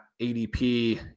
ADP